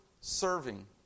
serving